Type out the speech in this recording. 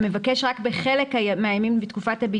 האם ייתכן שיש אי-התאמה בין הדיווח שמסרתי,